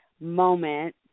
moment